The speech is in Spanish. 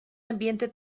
ambiente